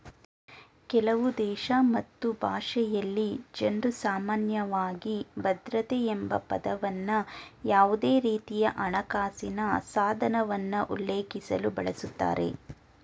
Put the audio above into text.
ಕೆಲವುದೇಶ ಮತ್ತು ಭಾಷೆಯಲ್ಲಿ ಜನ್ರುಸಾಮಾನ್ಯವಾಗಿ ಭದ್ರತೆ ಎಂಬಪದವನ್ನ ಯಾವುದೇರೀತಿಯಹಣಕಾಸಿನ ಸಾಧನವನ್ನ ಉಲ್ಲೇಖಿಸಲು ಬಳಸುತ್ತಾರೆ